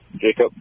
Jacob